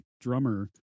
drummer